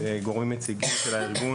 גורמים נציגים של הארגון,